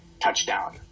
Touchdown